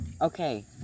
Okay